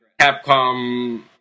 Capcom